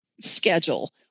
schedule